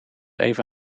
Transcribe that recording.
even